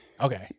Okay